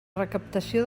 recaptació